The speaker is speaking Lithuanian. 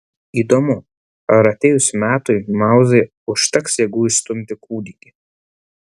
įdomu ar atėjus metui mauzai užteks jėgų išstumti kūdikį